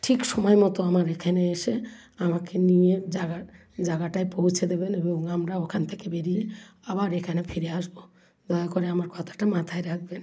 ঠিক সময়মতো আমার এখানে এসে আমাকে নিয়ে জায়গার জায়গাটায় পৌঁছে দেবেন এবং আমরা ওখান থেকে বেরিয়ে আবার এখানে ফিরে আসবো দয়া করে আমার কথাটা মাথায় রাখবেন